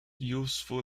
useful